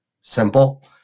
simple